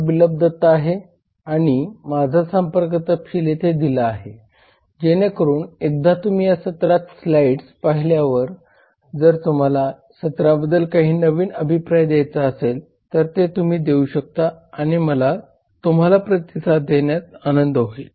बिप्लब दत्ता आहे आणि माझा संपर्क तपशील येथे दिला आहे जेणेकरून एकदा तुम्ही या सत्रातील स्लाईड्स पाहिल्यावर जर तुम्हाला या सत्राबद्दल काही नवीन अभिप्राय दयायचा असेल तर ते तुम्ही देऊ शकता आणि मला तुम्हाला प्रतिसाद देण्यात आनंद होईल